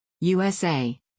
USA